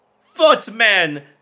Footmen